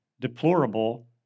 deplorable